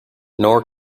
nor